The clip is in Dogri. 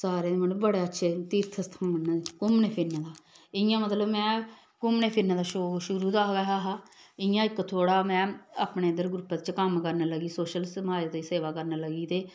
सारें दे मतलब बड़े अच्छे तीर्थ स्थान न घूमने फिरने दा इ'यां मतलब में घूमने फिरने दा शौक शुरू दा गै हा इ'यां इक थोह्ड़ा में अपने इद्धर ग्रुप च कम्म करन लग्गी सोशल समाज दी सेवा करन लग्गी ते